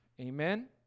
Amen